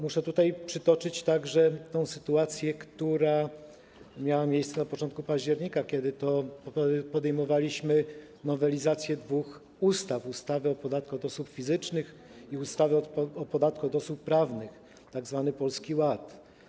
Muszę tutaj przytoczyć także tę sytuację, która miała miejsce na początku października, kiedy to podejmowaliśmy nowelizację dwóch ustaw, ustawy o podatku dochodowym od osób fizycznych i ustawy o podatku dochodowym od osób prawnych, tzw. Polski Ład.